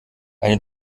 eine